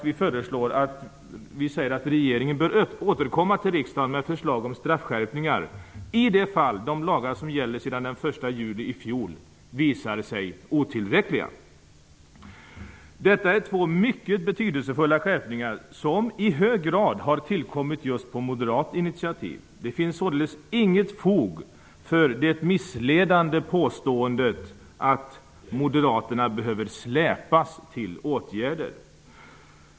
Vi säger dessutom att regeringen bör återkomma till riksdagen med förslag om straffskärpningar i de fall de lagar som gäller sedan den 1 juli i fjol visar sig otillräckliga. Detta är två mycket betydelsefulla skärpningar som i hög grad har tillkommit just på moderat initiativ. Det finns således inget fog för det missledande påståendet att ''moderaterna behöver släpas till åtgärder''.